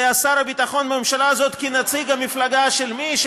שהיה שר הביטחון בממשלה הזאת, כנציג המפלגה של מי?